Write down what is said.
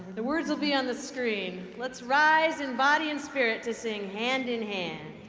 the words will be on the screen. let's rise in body and spirit to sing hand-in-hand.